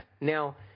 Now